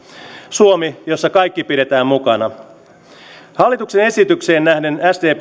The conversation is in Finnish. suomi jossa kaikki pidetään mukana hallituksen esitykseen nähden